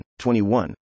21